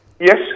Yes